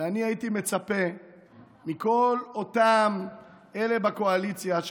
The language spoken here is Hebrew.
ואני הייתי מצפה מכל אותם אלה בקואליציה,